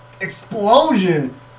explosion